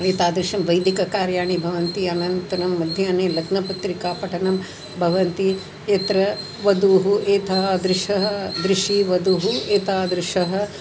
एतादृशं वैदिककार्याणि भवन्ति अनन्तरं मध्याह्ने लग्नपत्रिकापठनं भवति यत्र वधुः एतादृशी वधुः एतादृशीम्